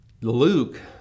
Luke